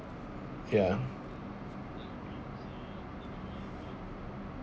ya